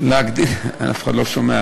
אף אחד לא שומע,